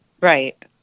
Right